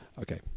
Okay